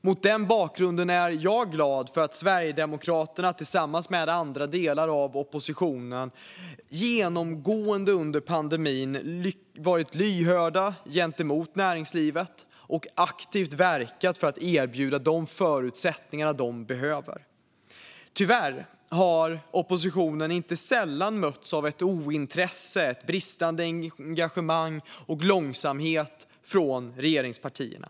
Mot den bakgrunden är jag glad för att Sverigedemokraterna tillsammans med andra partier i oppositionen genomgående under pandemin har varit lyhörda gentemot näringslivet och aktivt verkat för att erbjuda de förutsättningar näringslivet behöver. Tyvärr har oppositionen inte sällan mötts av ointresse, bristande engagemang och långsamhet från regeringspartierna.